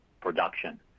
production